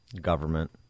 government